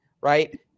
right